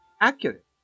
accurate